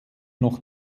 noch